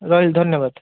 ରହିଲି ଧନ୍ୟବାଦ